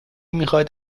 میخاد